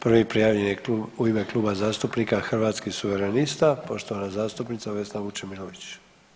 Prvi prijavljeni je u ime Kluba zastupnika Hrvatskih suverenista, poštovana zastupnica Vesna Vučemilović.